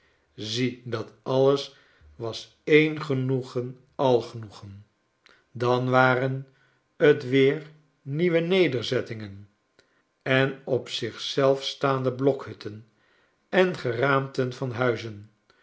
zie dat alles was een genoegen al genoegen dan waren t weer nieuwe nederzettingen en op zich zelf staande blokhutten en geraamten van huizen